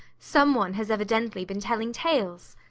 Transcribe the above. some one has evidently been telling tales.